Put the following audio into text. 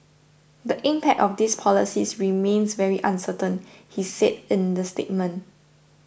the impact of these policies remains very uncertain he said in the statement